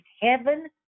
heaven